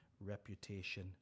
reputation